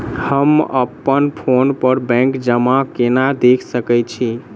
हम अप्पन फोन पर बैंक जमा केना देख सकै छी?